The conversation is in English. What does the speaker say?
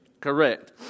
Correct